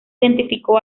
identificó